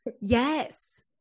yes